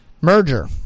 merger